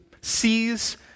sees